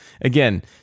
again